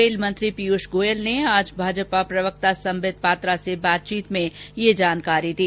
rail मंत्री पीयूष गोयल ने आज भाजपा प्रवक्ता संबित पात्रा से बातचीत में ये जानकारी दी